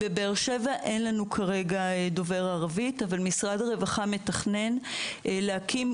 בבאר-שבע אין לנו כרגע דובר ערבית אבל משרד הרווחה מתכנן להקים,